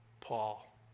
Paul